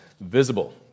visible